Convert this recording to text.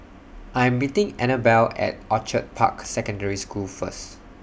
I Am meeting Annabel At Orchid Park Secondary School First